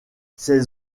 ces